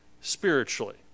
spiritually